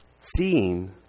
Seeing